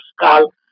skull